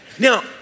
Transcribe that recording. Now